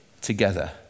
together